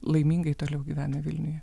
laimingai toliau gyvena vilniuje